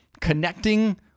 connecting